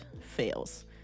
fails